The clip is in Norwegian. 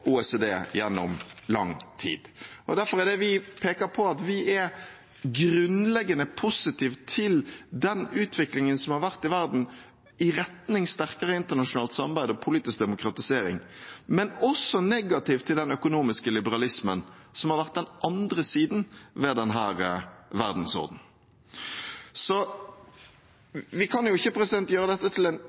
OECD gjennom lang tid. Derfor peker vi på at vi er grunnleggende positiv til den utviklingen som har vært i verden i retning av sterkere internasjonalt samarbeid og politisk demokratisering, men også negativ til den økonomiske liberalismen som har vært den andre siden ved denne verdensordenen. Vi kan ikke gjøre dette til et enkelt ja eller nei til alt multilateralt samarbeid. Vi må gjøre en